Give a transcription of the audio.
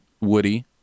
Woody